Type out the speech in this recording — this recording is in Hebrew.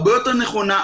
הרבה יותר נכונה,